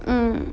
um